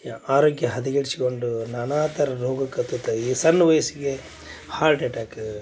ಯಾ ಆರೋಗ್ಯ ಹದಗೆಡ್ಸ್ಕೊಂಡು ನಾನಾ ಥರ ರೋಗಕತ್ತತ ಈ ಸಣ್ಣ ವಯಸ್ಸಿಗೆ ಹಾರ್ಟ್ ಅಟ್ಯಾಕ್